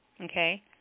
Okay